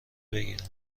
بگیرم